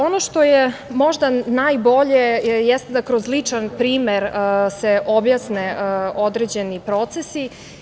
Ono što je možda najbolje jeste da se kroz lični primer objasne određeni procesi.